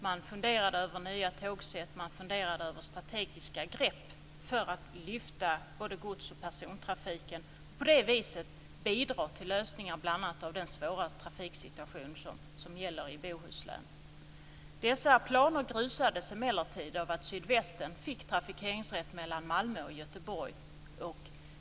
Man funderade över nya tågset, man funderade över strategiska grepp för att lyfta fram godsoch persontrafiken och på det viset bidra till lösningar av bl.a. den svåra trafiksituationen i Bohuslän. Dessa planer grusades emellertid av att Sydvästen fick trafikeringsrätt mellan Malmö och Göteborg.